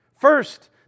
First